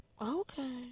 Okay